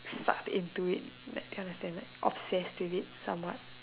sucked into it that kind of thing like obsessed with it somewhat